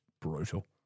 brutal